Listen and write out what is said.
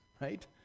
right